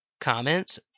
Comments